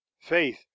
faith